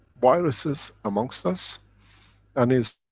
viruses amongst us and is